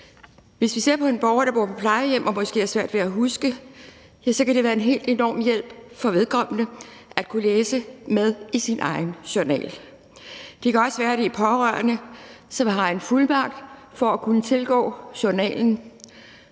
Hvis vi tager en borger, der bor på plejehjem, og som måske har svært ved at huske, kan det være en helt enorm hjælp for vedkommende at kunne læse med i sin egen journal. Det kan også være, at det er pårørende, som har en fuldmagt for at kunne tilgå journalen,